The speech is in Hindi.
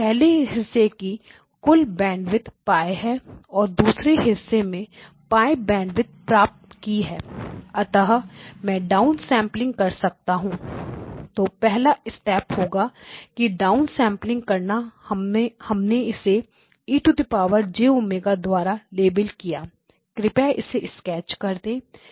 पहले हिस्से की कुल बैंडविथ π है और दूसरे हिस्से में π बैंडविथ प्राप्त की है अतः में डाउनसेंपलिंग कर सकता हूं तो पहला स्टेप होगा X 0 की डाउनसेंपलिंग करना हमने इसे V0 e jω द्वारा लेबल किया कृपया इसे स्केच कर दे